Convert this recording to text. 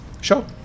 sure